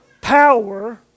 power